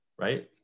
right